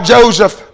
Joseph